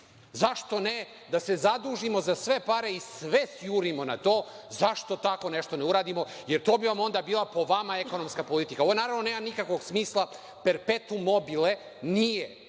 Zašto ne da se zadužimo za sve pare i sve sjurimo na to? Zašto tako nešto ne uradimo, jer to bi vam onda bila, po vama, ekonomska politika. Ovo naravno nema nikakvog smisla, perpetu mobile, nije